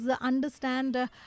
understand